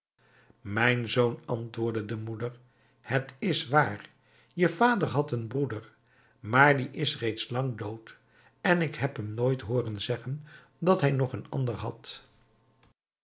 mijn zoon antwoordde de moeder het is waar je vader had een broeder maar die is reeds lang dood en ik heb hem nooit hooren zeggen dat hij nog een anderen had